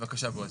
בבקשה בועז.